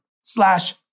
slash